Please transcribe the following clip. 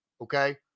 okay